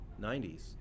90s